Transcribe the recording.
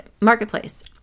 Marketplace